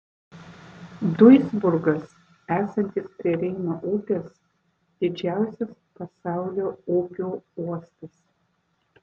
duisburgas esantis prie reino upės didžiausias pasaulio upių uostas